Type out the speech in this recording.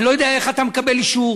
אני לא יודע איך אתה מקבל אישור,